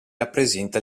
rappresenta